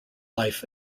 life